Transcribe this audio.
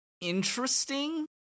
interesting